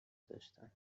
داشتند